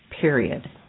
period